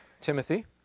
Timothy